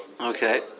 Okay